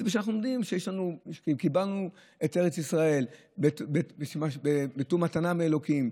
זה בגלל שאנחנו יודעים שקיבלנו את ארץ ישראל בתור מתנה מאלוקים,